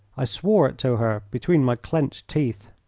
i swore it to her between my clenched teeth.